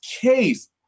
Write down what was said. case